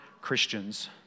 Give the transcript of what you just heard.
Christians